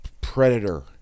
Predator